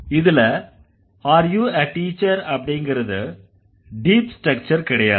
இதுல Are you a teacher அப்படிங்கறது deep structure கிடையாது